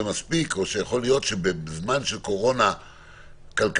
מספיק או שיכול להיות שבזמן של קורונה כלכלית,